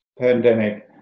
pandemic